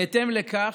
בהתאם לכך,